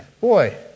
boy